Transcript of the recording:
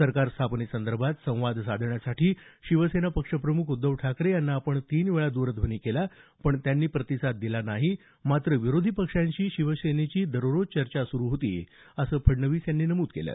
सरकार स्थापनेसंदर्भात संवाद साधण्यासाठी शिवसेना पक्षप्रमुख उद्धव ठाकरे यांना आपण तीन वेळा दरध्वनी केला पण त्यांनी प्रतिसाद दिला नाही मात्र विरोधी पक्षांशी शिवसेनेची दररोज चर्चा सुरू होती असं फडणवीस यांनी नमूद केलं